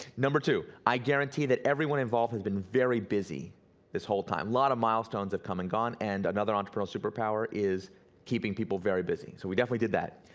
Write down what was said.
number two, i guarantee that everyone involved has been very busy this whole time. lot of milestones have come and gone and another entrepreneurial superpower is keeping people very busy. so we definitely did that.